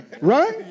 Right